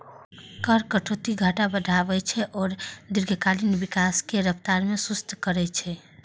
कर कटौती घाटा बढ़ाबै छै आ दीर्घकालीन विकासक रफ्तार कें सुस्त करै छै